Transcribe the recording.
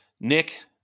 Nick